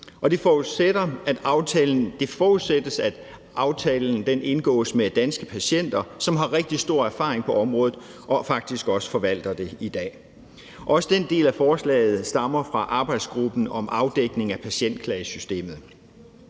det forudsættes, at aftalen indgås med Danske Patienter, som har rigtig stor erfaring på området og faktisk også forvalter det i dag. Også den del af forslaget stammer fra arbejdsgruppen om afdækning af patientklagesystemet.